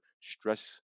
stress